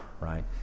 right